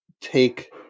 take